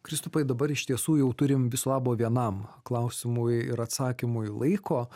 kristupai dabar iš tiesų jau turim viso labo vienam klausimui ir atsakymui laiko